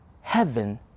heaven